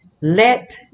let